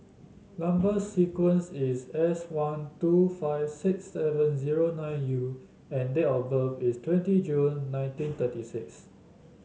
number sequence is S one two five six seven zero nine U and date of birth is twenty June nineteen thirty six